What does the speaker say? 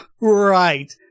Right